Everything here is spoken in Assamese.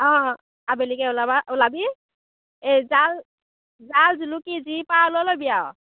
অ আবেলিকৈ ওলাবা ওলাবি এই জাল জাল জুলুকি যি পাৱ লৈ ল'বি আৰু